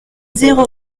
zéro